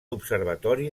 observatori